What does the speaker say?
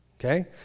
okay